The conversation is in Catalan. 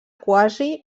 quasi